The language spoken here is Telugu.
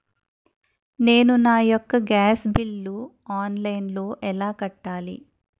నేను నా యెక్క గ్యాస్ బిల్లు ఆన్లైన్లో ఎలా కట్టాలి?